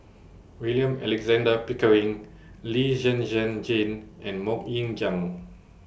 William Alexander Pickering Lee Zhen Zhen Jane and Mok Ying Jang